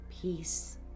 peace